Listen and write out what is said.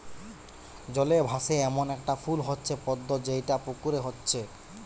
জলে ভাসে এ্যামন একটা ফুল হচ্ছে পদ্ম যেটা পুকুরে হচ্ছে